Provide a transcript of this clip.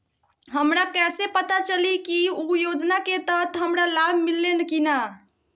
हमरा कैसे पता चली की उ योजना के तहत हमरा लाभ मिल्ले की न?